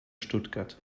stuttgart